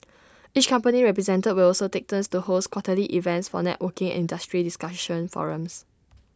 each company represented will also take turns to host quarterly events for networking and industry discussion forums